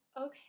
Okay